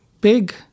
big